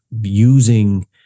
using